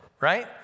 right